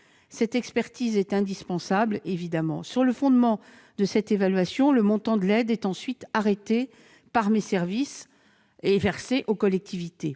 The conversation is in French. Cette expertise est indispensable. Sur le fondement de cette évaluation, le montant de l'aide est ensuite arrêté par mes services, avant d'être versé aux collectivités.